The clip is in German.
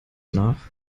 nach